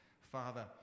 Father